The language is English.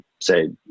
say